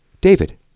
David